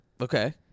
okay